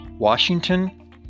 Washington